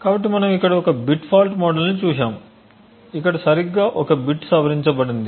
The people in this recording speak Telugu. కాబట్టి మనం ఇక్కడ ఒక బిట్ ఫాల్ట్ మోడల్ని చూశాము ఇక్కడ సరిగ్గా ఒక బిట్ సవరించబడింది